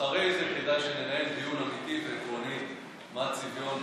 ואחרי זה כדאי שננהל דיון אמיתי ועקרוני מה הציפיות,